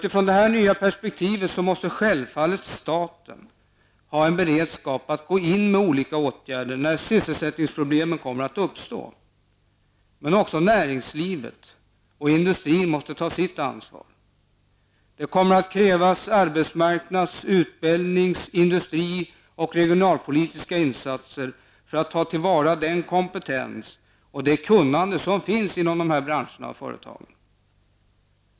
I det nya perspektivet måste självfallet staten ha en beredskap och kunna gå in med olika åtgärder när sysselsättningsproblem uppstår. Näringslivet och industrin måste dock också ta sitt ansvar. Det kommer att krävas insatser på områden som arbetsmarknad, utbildning och industri regionalt sett för att ta till vara den kompetens och det kunnande som finns inom dessa branscher och företag.